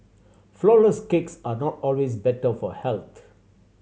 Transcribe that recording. flourless cakes are not always better for health